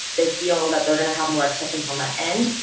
they feel that they're gonna have more acceptance on that end,